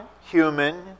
human